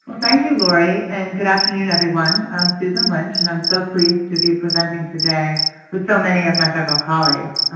thank you, lori, and good afternoon, everyone. i'm susan lynch and i'm so pleased to be presenting today with so many of my fellow colleagues.